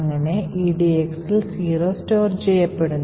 അങ്ങനെ edx ൽ 0 store ചെയ്യുന്നു